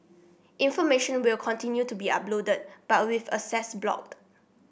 information will continue to be uploaded but with access blocked